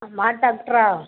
மாட்டு டாக்டரா